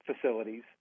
facilities